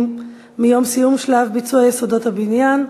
מיום סיום שלב ביצוע יסודות הבניין,